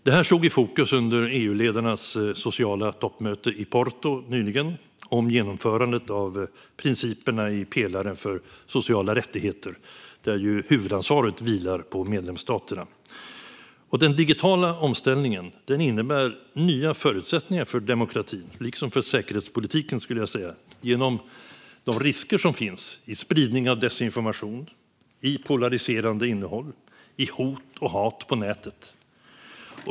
Detta stod i fokus under EU-ledarnas sociala toppmöte i Porto nyligen om genomförandet av principerna i pelaren för sociala rättigheter, där huvudansvaret vilar på medlemsstaterna. Den digitala omställningen innebär nya förutsättningar för demokratin liksom för säkerhetspolitiken genom de risker som finns när det gäller spridning av desinformation, polariserande innehåll och hot och hat på nätet.